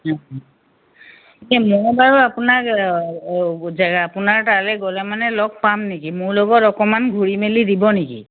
হু এতিয়া ময়ো বাৰু আপোনাক জেগা আপোনাৰ তালৈ গ'লে মানে লগ পাম নেকি মোৰ লগত অলপমান ঘূৰি মেলি দিব নেকি